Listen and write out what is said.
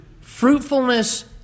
fruitfulness